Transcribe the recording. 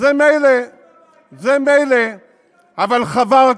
אתה לא מבין